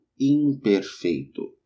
imperfeito